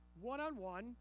one-on-one